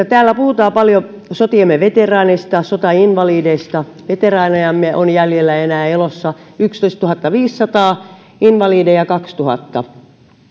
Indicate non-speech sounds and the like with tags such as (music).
(unintelligible) täällä puhutaan paljon sotiemme veteraaneista ja sotainvalideista veteraanejamme on jäljellä enää elossa yksitoistatuhattaviisisataa invalideja kahdennentuhannennen nostaisin esille sen että vuodesta